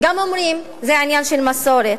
גם אומרים: זה עניין של מסורת.